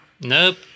Nope